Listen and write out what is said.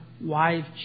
wife